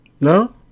No